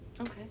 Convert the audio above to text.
Okay